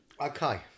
Okay